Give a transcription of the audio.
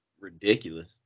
ridiculous